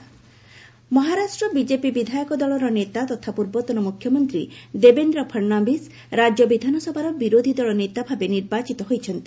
Fadnavis LOP Maharashtra BJP ବିଧାୟକ ଦଳର ନେତା ତଥା ପୂର୍ବତନ ମୁଖ୍ୟମନ୍ତ୍ରୀ ଦେବେନ୍ଦ୍ର ଫଡ୍ନାଭିସ୍ ରାଜ୍ୟ ବିଧାନସଭାର ବିରୋଧୀ ଦଳ ନେତାଭାବେ ନିର୍ବାଚିତ ହୋଇଛନ୍ତି